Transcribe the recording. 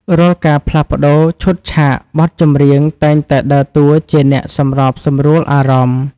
រាល់ការផ្លាស់ប្តូរឈុតឆាក បទចម្រៀងតែងតែដើរតួជាអ្នកសម្របសម្រួលអារម្មណ៍។